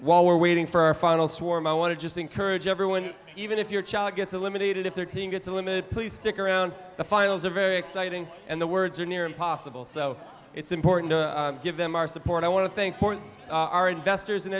while we're waiting for our final swarm i want to just encourage everyone even if your child gets eliminated if their team gets a limited please stick around the finals are very exciting and the words are near impossible so it's important to give them our support i want to think our investors in